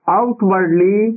outwardly